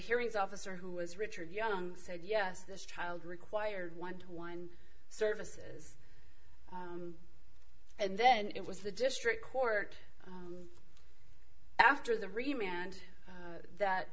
hearings officer who was richard young said yes this child required one to one services and then it was the district court after the